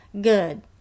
good